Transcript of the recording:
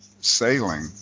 sailing